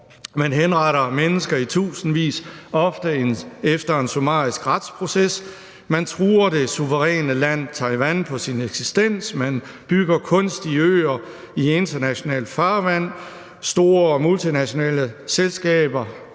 Man henretter mennesker i tusindvis, ofte efter en summarisk retsproces. Man truer det suveræne land Taiwan på sin eksistens. Man bygger kunstige øer i internationalt farvand. Store multinationale selskaber